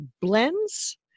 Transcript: blends